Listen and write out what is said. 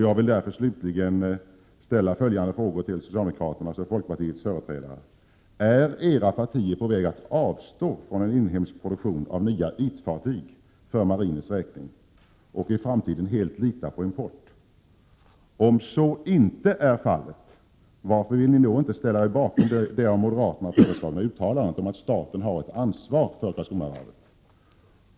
Jag vill därför slutligen ställa följande frågor till socialdemokraternas och folkpartiets företrädare: Är era partier på väg att avstå från en inhemsk produktion av ytfartyg för marinens räkning och beredda på att i framtiden lita på import? Om så inte är fallet, varför vill ni inte ställa er bakom det av moderaterna föreslagna uttalandet om att staten har ett ansvar för Karlskronavarvet?